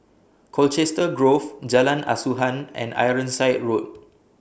Colchester Grove Jalan Asuhan and Ironside Road